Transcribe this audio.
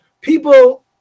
People